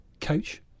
coach